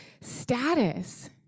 status